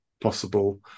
possible